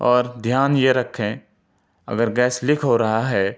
اور دھیان یہ رکھیں اگر گیس لیک ہو رہا ہے